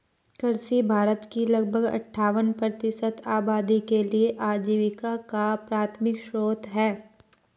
कृषि भारत की लगभग अट्ठावन प्रतिशत आबादी के लिए आजीविका का प्राथमिक स्रोत है